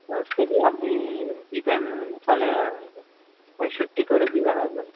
দশ কেজি আপনি দেবেন তাহলে পঁয়ষট্টি করে দেবেন আপনি